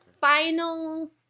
final